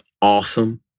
awesome